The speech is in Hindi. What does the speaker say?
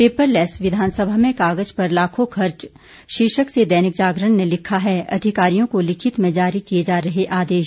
पेपरलेस विधानसभा में कागज पर लाखों खर्च शीर्षक से दैनिक जागरण ने लिखा है अधिकारियों को लिखित में जारी किये जा रहे आदेश